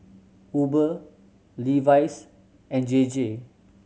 Uber Levi's and J J